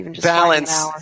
balance